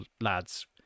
lads